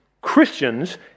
Christians